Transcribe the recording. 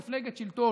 מפלגת שלטון,